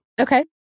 okay